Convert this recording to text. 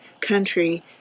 country